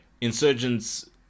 insurgents